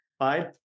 right